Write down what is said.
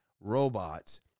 robots